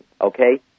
Okay